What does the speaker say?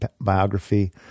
biography